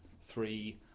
three